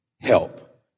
help